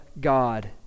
God